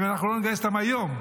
אם אנחנו לא נגייס אותם היום,